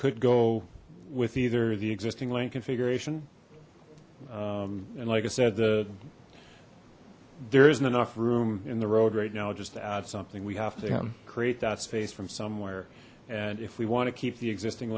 could go with either the existing land configuration and like i said the there isn't enough room in the road right now just to add something we have to create that space from somewhere and if we want to keep the existing